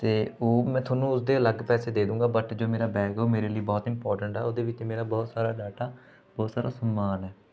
ਅਤੇ ਉਹ ਮੈਂ ਤੁਹਾਨੂੰ ਉਸਦੇ ਅਲੱਗ ਪੈਸੇ ਦੇ ਦੂੰਗਾ ਬਟ ਜੋ ਮੇਰਾ ਬੈਗ ਆ ਉਹ ਮੇਰੇ ਲਈ ਬਹੁਤ ਇੰਪੋਰਟੈਂਟ ਆ ਉਹਦੇ ਵਿੱਚ ਮੇਰਾ ਬਹੁਤ ਸਾਰਾ ਡਾਟਾ ਬਹੁਤ ਸਾਰਾ ਸਮਾਨ ਹੈ